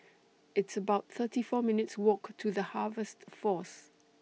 It's about thirty four minutes' Walk to The Harvest Force